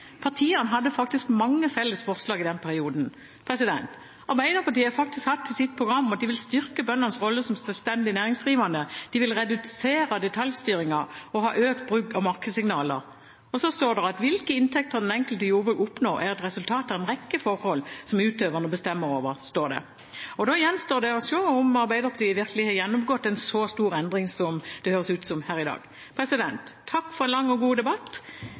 partiene hadde faktisk mange felles forslag i den perioden. Arbeiderpartiet har faktisk hatt i sitt program at de vil styrke bøndenes rolle som selvstendig næringsdrivende, de vil redusere detaljstyringen og ha økt bruk av markedssignaler. Det har stått at hvilke inntekter den enkelte jordbruker oppnår, er et resultat av en rekke forhold som utøverne bestemmer over. Da gjenstår det å se om Arbeiderpartiet virkelig har gjennomgått en så stor endring som det høres ut som her i dag. Takk for en lang og god debatt.